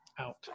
out